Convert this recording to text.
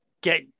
get